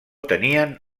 tenien